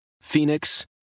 Phoenix